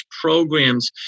programs